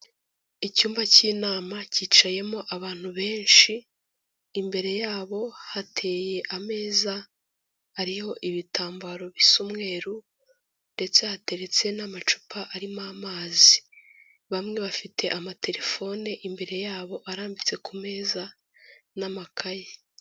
Icyumba cy'inama cyicayemo abantu benshi imbere yabo hateye ameza ariho ibitambaro bisa umweru ndetse hateretse n'amacupa arimo amazi, bamwe bafite amatelefone imbere yabo arambitse ku meza n'amakayi.